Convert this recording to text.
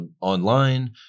online